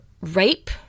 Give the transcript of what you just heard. rape